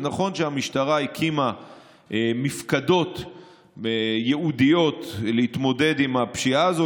זה נכון שהמשטרה הקימה מפקדות ייעודיות להתמודד עם הפשיעה הזו.